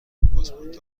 پاسپورت